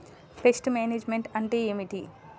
Pest management అంటే ఏమిటి?